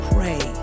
Pray